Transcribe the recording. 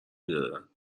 میدادن